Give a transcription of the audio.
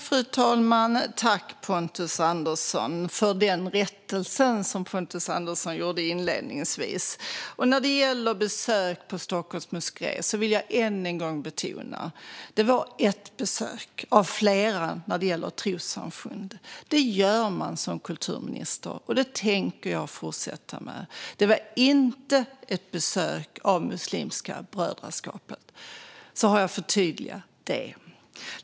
Fru talman! Tack, Pontus Andersson, för rättelsen inledningsvis! När det gäller besök på Stockholms moské vill jag än en gång betona att det var ett besök av flera i trossamfund. Det gör man som kulturminister, och det tänker jag fortsätta med. För att förtydliga det hela: Det var inte ett besök hos Muslimska brödraskapet.